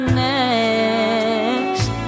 next